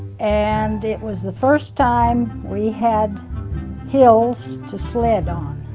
and it was the first time we had hills to sled on.